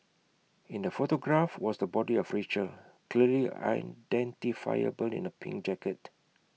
in the photograph was the body of Rachel clearly identifiable in A pink jacket